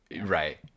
Right